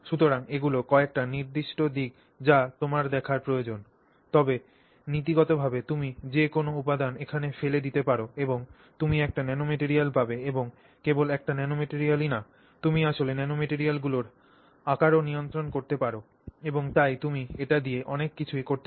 সুতরাং এগুলি কয়েকটি নির্দিষ্ট দিক যা তোমার দেখার প্রয়োজন তবে নীতিগতভাবে তুমি যে কোনও উপাদান এখানে ফেলে দিতে পার এবং তুমি একটি ন্যানোমেটেরিয়াল পাবে এবং কেবল একটি ন্যানোমেটেরিয়ালই না তুমি আসলে ন্যানোমেটেরিইয়াল গুলির আকারও নিয়ন্ত্রণ করতে পার এবং তাই তুমি এটি দিয়ে অনেক কিছুই করতে পার